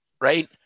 right